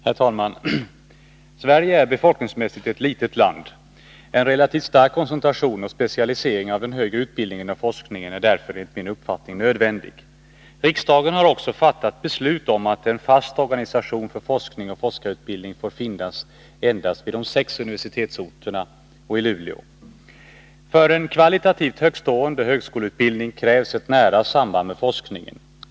Herr talman! Sverige är ett befolkningsmässigt litet land. En relativt stark koncentration och specialisering av den högre utbildningen och forskningen är därför enligt min uppfattning nödvändig. Riksdagen har också fattat beslut om att en fast organisation för forskning och forskarutbildning får finnas endast vid de sex universitetsorterna och i Luleå. För en kvalitativt högtstående högskoleutbildning krävs ett nära samband med forskningen.